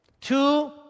Two